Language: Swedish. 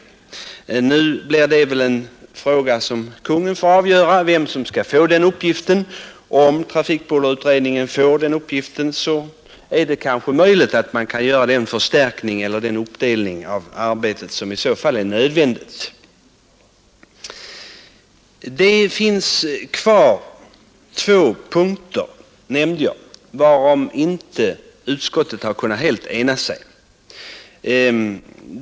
Nu blir det väl Konungens sak att avgöra, vem som skall få den uppgiften. Om trafikbullerutredningen får den är det möjligt att man kan förstärka utredningen eller göra en sådan uppdelning av arbetet som kan bli nödvändig. Det återstår två punkter, om vilka utskottet inte har kunnat ena sig.